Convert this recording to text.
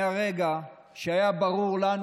מהרגע שהיה ברור לנו,